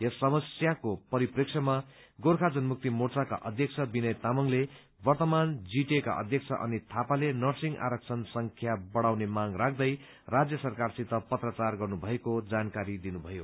यस समस्याको परिप्रेक्षमा गोर्खा जनमुक्ति मोर्चाका अध्यक्ष विनय तामाङले वर्तमान जीटीएका अध्यक्ष अनित थापाले नर्सिङ आरक्षण संख्या बढ़ाउने माग राख्दै राज्य सरकारसित पत्राचार गरिएको जानकारी दिनुभयो